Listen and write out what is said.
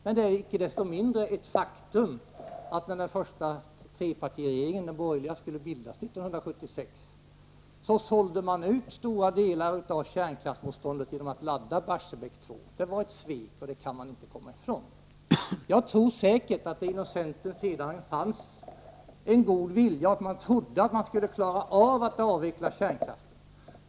Men det är icke desto mindre ett faktum, att när den första borgerliga trepartiregeringen skulle bildas 1976, sålde ni ut stora delar av kärnkraftsmotståndet genom att ladda Barsebäck 2. Det var ett svek, det kan man inte komma ifrån. ; Det fanns säkert sedan inom centern en god vilja och tro på att man skulle klara av att avveckla kärnkraften.